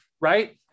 Right